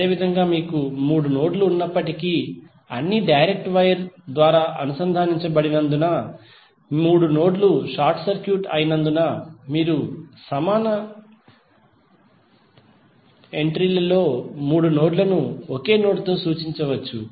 అదేవిధంగా మీకు మూడు నోడ్లు ఉన్నప్పటికీ అన్నీ డైరెక్ట్ వైర్ ద్వారా అనుసంధానించబడినందున మూడు నోడ్లు షార్ట్ సర్క్యూట్ అయినందున మీరు సమాన ఎంట్రీ లో మూడు నోడ్లను ఒకే నోడ్ తో సూచించవచ్చు